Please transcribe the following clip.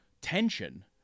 tension